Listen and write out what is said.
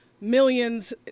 millions